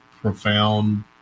profound